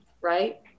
right